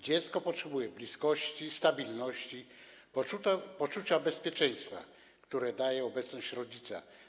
Dziecko potrzebuje bliskości, stabilności, poczucia bezpieczeństwa, które daje obecność rodzica.